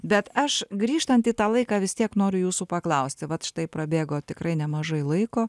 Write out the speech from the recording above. bet aš grįžtant į tą laiką vis tiek noriu jūsų paklausti vat štai prabėgo tikrai nemažai laiko